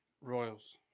Royals